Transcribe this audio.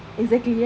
exactly right